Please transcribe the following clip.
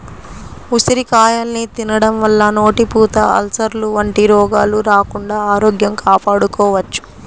ఉసిరికాయల్ని తినడం వల్ల నోటిపూత, అల్సర్లు వంటి రోగాలు రాకుండా ఆరోగ్యం కాపాడుకోవచ్చు